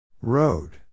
Road